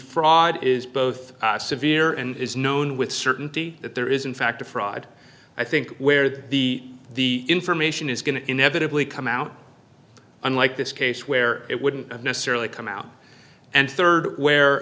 fraud is both severe and it is known with certainty that there is in fact a fraud i think where the the information is going to inevitably come out unlike this case where it wouldn't necessarily come out and third where